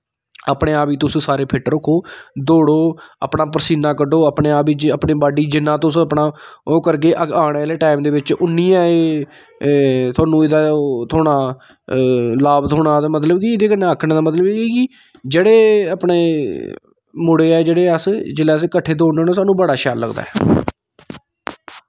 अपने आप गी तुस सारे फिट रक्खो दोड़ो अपना पसीना कड्ढो अपने आप गी अपनी बाड्डी जिन्ना तोस अपना ओह् करगे आने आह्ले टैम दे बिच्च उन्नी गै ऐ एह् थुआनूं ऐह्दा ओह् थ्होना लाभ थ्होना मतलब कि एह्दे कन्नै आखने दा मतलब एह् ऐ कि जेह्ड़े अपने मुड़े ऐ जेह्ड़े अस जेल्लै अस कट्ठे दौड़ने होन्ने सानूं बड़ा शैल लगदा ऐ